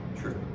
true